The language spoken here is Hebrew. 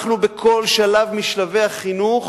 בכל שלב משלבי החינוך